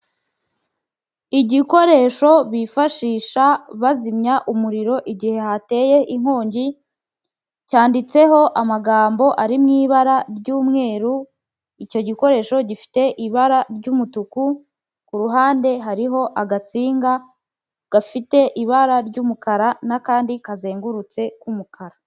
Igikoresho bifashisha bazimya umuriro igihe hateye inkongi cyanditseho amagambo ari mu ibara ry'umweru icyo gikoresho gifite ibara ry'umutuku ku ruhande hariho agasinga gafite ibara ry'umukara n'kandi kazengurutse k'umukara.